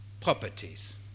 properties